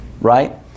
Right